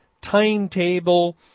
timetable